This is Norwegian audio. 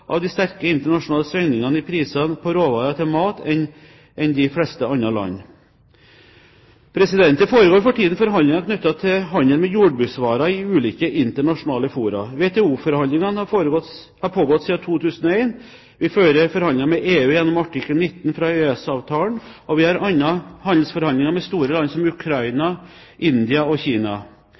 av de sterke internasjonale svingningene i prisene på råvarer til mat enn de fleste andre land. Det foregår for tiden forhandlinger knyttet til handel med jordbruksvarer i ulike internasjonale fora. WTO-forhandlingene har pågått siden 2001, vi fører forhandlinger med EU gjennom artikkel 19 i EØS-avtalen, og vi har andre handelsforhandlinger med store land som Ukraina, India og Kina.